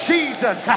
Jesus